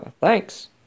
Thanks